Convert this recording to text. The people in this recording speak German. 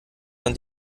man